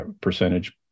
percentage